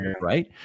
right